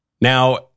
Now